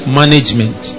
management